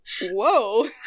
whoa